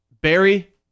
Barry